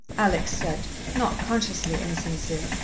alex said, not consciously insincere.